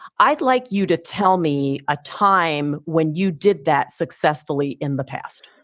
i'd like you to tell me a time when you did that successfully in the past